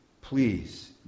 Please